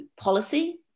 policy